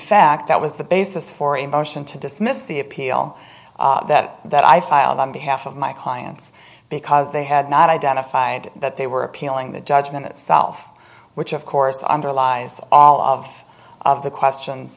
that was the basis for a motion to dismiss the appeal that that i filed on behalf of my clients because they had not identified that they were appealing the judgment itself which of course underlies all of the questions